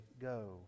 go